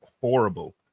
horrible